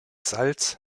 salz